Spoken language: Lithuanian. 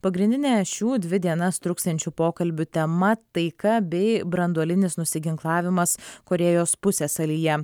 pagrindinę šių dvi dienas truksiančių pokalbių tema taika bei branduolinis nusiginklavimas korėjos pusiasalyje